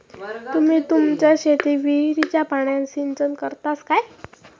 तुम्ही तुमच्या शेतीक विहिरीच्या पाण्यान सिंचन करतास काय?